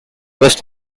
west